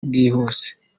bwihuse